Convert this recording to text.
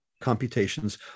computations